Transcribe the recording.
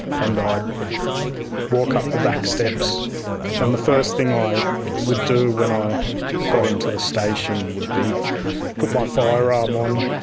and i'd walk up the back steps and the first thing i would do when i got into the station would be put my firearm on,